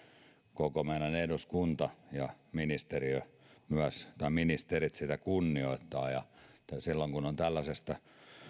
koko meidän eduskunta ja ministerit myös sitä kunnioittavat ja että silloin kun on tällaisesta